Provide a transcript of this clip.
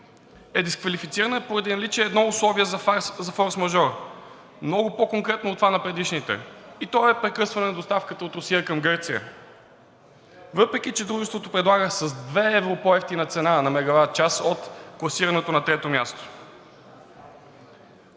е дисквалифицирана поради наличие на едно условие за форсмажор – много по-конкретно от това на предишните, и то е прекъсване на доставката от Русия към Гърция, въпреки че дружеството предлага с 2 евро по-евтина цена на мегаватчас от класираното на трето място.